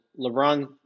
LeBron